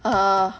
err